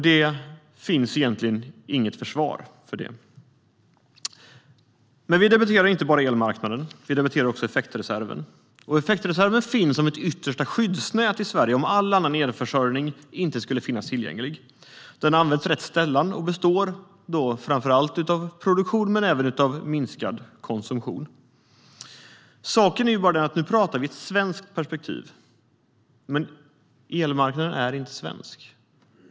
Det finns egentligen inget försvar för det. Men vi debatterar inte bara elmarknaden. Vi debatterar också effektreserven. Effektreserven finns som ett yttersta skyddsnät i Sverige om ingen annan elförsörjning skulle finnas tillgänglig. Den används rätt sällan och består framför allt av produktion men även av minskad konsumtion. Saken är bara den att nu pratar vi ur ett svenskt perspektiv, men elmarknaden är inte svensk.